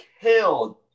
killed